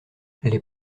les